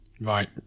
Right